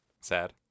Sad